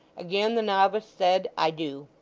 again the novice said i do